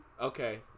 Okay